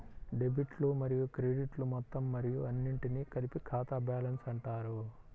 డెబిట్లు మరియు క్రెడిట్లు మొత్తం మరియు అన్నింటినీ కలిపి ఖాతా బ్యాలెన్స్ అంటారు